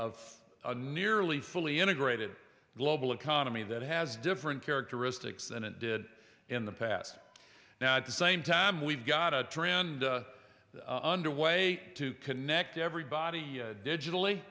of a nearly fully integrated global economy that has different characteristics and it did in the past now at the same time we've got a trend underway to connect everybody digitally